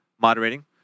moderating